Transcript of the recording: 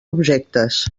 objectes